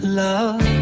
love